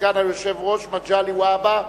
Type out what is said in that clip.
סגן היושב-ראש מגלי והבה,